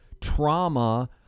trauma